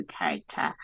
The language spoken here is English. character